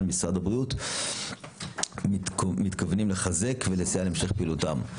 משרד הבריאות מתכוונים לחזק ולסייע להמשך פעילותם.